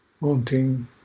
Wanting